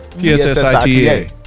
P-S-S-I-T-A